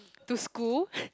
to school